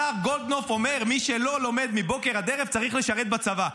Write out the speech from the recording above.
השר גולדקנופ אומר שמי שלא לומד מבוקר עד ערב צריך לשרת בצבא.